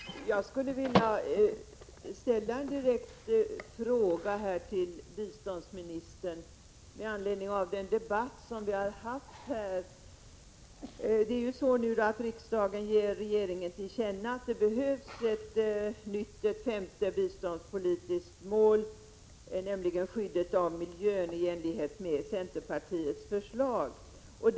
Herr talman! Jag skulle vilja ställa en direkt fråga till biståndsministern med anledning av den debatt som förts. Riksdagen skall nu ge regeringen till känna att det behövs ett nytt, ett femte, biståndspolitiskt mål avseende skydd av miljön i enlighet med förslag från centerpartiet.